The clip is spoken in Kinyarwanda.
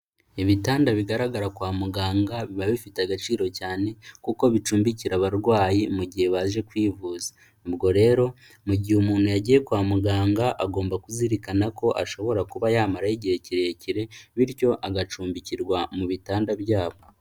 Ibitanda bigaragara kwa muganga, biba bifite agaciro cyane kuko bicumbikira abarwayi mu gihe baje kwivuza. Ubwo rero mu gihe umuntu yagiye kwa muganga, agomba kuzirikana ko ashobora kuba yamarayo igihe kirekire bityo agacumbikirwa mu bitanda byabo.